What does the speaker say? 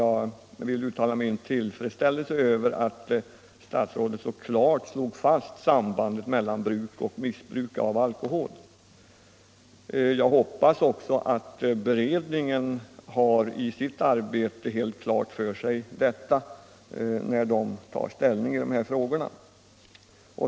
Jag vill uttala min tillfredsställelse över att statsrådet så klart slog fast sambandet mellan bruk och missbruk av alkohol. Jag hoppas också att beredningen i sitt arbete har detta helt klart för sig, när den tar ställning i frågorna.